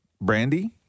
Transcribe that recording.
Brandy